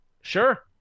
Sure